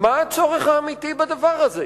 מה הצורך האמיתי בדבר הזה.